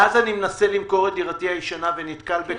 מאז אני מנסה למכור את דירתי הישנה ונתקל בקשיים.